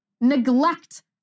neglect